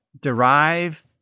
derive